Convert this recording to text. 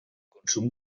consum